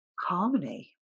harmony